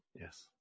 Yes